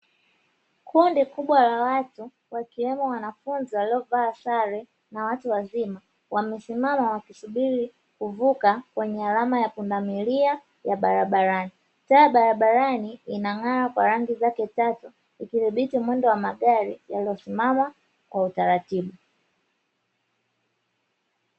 Kundi kubwa la watu wakiwemo wanafunzi waliovaa sare na watu wazima, wamesimama na kusubiri kuvuka kwenye alama ya pundamilia ya barabarani. Taa ya barabarani inang'aa kwa rangi zake tatu ikidhibiti mwendo wa magari yaliyosimama kwa utaratibu.